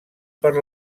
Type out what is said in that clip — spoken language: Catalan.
per